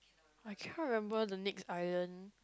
I can't remember the next island